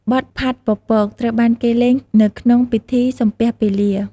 បទផាត់ពពក ត្រូវបានគេលេងនៅក្នុងពិធីសំពះពេលា។